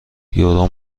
یورو